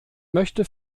möchte